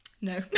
No